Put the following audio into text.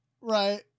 right